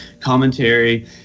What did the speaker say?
commentary